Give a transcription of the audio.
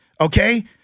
Okay